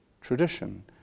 tradition